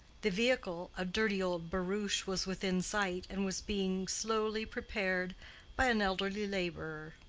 the vehicle a dirty old barouche was within sight, and was being slowly prepared by an elderly laborer.